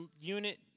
unit